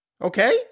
Okay